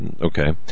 okay